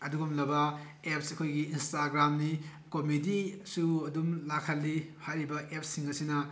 ꯑꯗꯨꯒꯨꯝꯂꯕ ꯑꯦꯞꯁ ꯑꯩꯈꯣꯏꯒꯤ ꯏꯟꯁꯇꯥꯒ꯭ꯔꯥꯝꯅꯤ ꯀꯣꯃꯤꯗꯤꯁꯨ ꯑꯗꯨꯝ ꯂꯥꯛꯍꯜꯂꯤ ꯍꯥꯏꯔꯤꯕ ꯑꯦꯞꯁꯁꯤꯡ ꯑꯁꯤꯅ